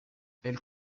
elle